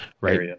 right